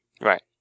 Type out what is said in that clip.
Right